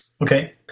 Okay